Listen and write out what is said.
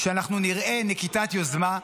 שאנחנו נראה נקיטת יוזמה,